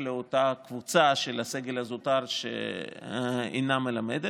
לאותה קבוצה של הסגל הזוטר שאינה מלמדת.